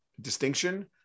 distinction